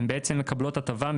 הם בעצם מקבלות הטבה,